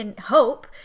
hope